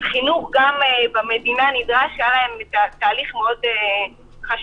חינוך גם במדינה נדרש היה להם תהליך מאוד חשדני,